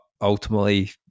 ultimately